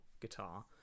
guitar